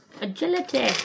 Agility